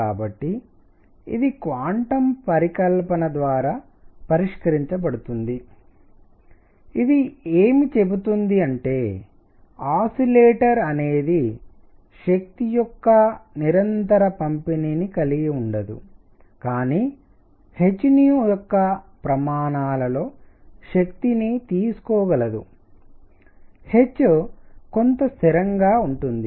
కాబట్టి ఇది క్వాంటం పరికల్పన ద్వారా పరిష్కరించబడుతుంది ఇది ఏమి చెబుతుందంటే ఆసిలేటర్ అనేది శక్తి యొక్క నిరంతర పంపిణీని కలిగి ఉండదు కానీ h యొక్క ప్రమాణాలలో శక్తిని తీసుకోగలదు h కొంత స్థిరంగా ఉంటుంది